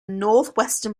northwestern